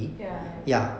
ya ya